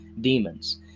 demons